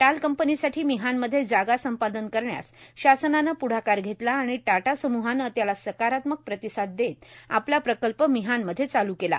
टाल कंपनीसाठी मिहानमध्ये जागा संपादन करण्यास शासनानं प्ढाकार घेतला आणि टाटा सम्हानं त्याला सकारात्मक प्रतिसाद देत आपला प्रकल्प मिहानमध्ये चालू केला